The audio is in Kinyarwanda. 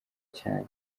cane